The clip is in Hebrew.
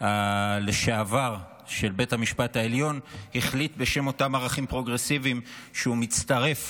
לשעבר של בית המשפט העליון החליט בשם אותם ערכים פרוגרסיביים שהוא מצטרף